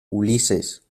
ulises